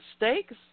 mistakes